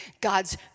God's